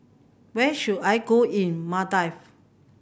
where should I go in Maldives